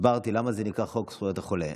הסברתי למה זה נקרא חוק זכויות החולה.